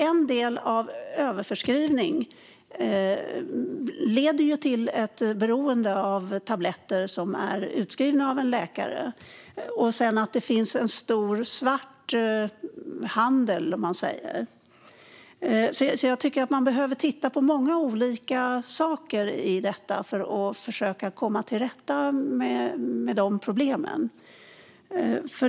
En del av överförskrivningen leder ju till beroende av tabletter som är utskrivna av läkare. Sedan finns det en stor svarthandel. Jag tycker alltså att man behöver titta på många olika saker när det gäller att försöka komma till rätta med problemen.